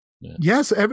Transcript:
yes